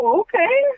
okay